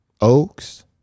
oaks